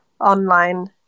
online